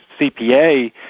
CPA